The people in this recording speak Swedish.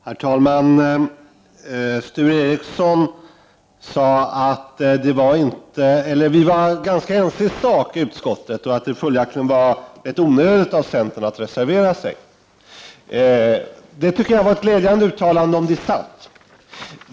Herr talman! Sture Ericson sade att vi var ganska ense i sak i utskottet och att det följaktligen var ganska onödigt av centern att reservera sig. Det var ett glädjande uttalande — om det är sant.